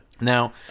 Now